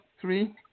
three